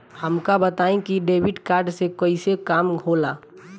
हमका बताई कि डेबिट कार्ड से कईसे काम होला?